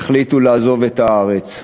יחליטו לעזוב את הארץ.